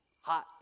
Hot